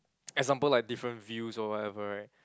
example like different views or whatever right